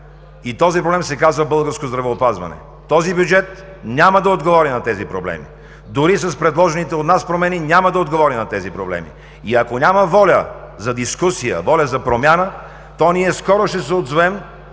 и този проблем се казва „българско здравеопазване“. Този бюджет няма да отговори на проблемите. Дори с предложените от нас промени няма да отговори на тези проблеми! И ако няма воля за дискусия, воля за промяна, то ние скоро ще се отзовем